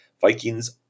Vikings